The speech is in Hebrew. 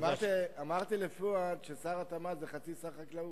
אמרתי לפואד ששר התמ"ת זה חצי שר חקלאות.